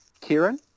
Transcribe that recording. Kieran